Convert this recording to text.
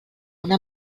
una